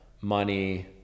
money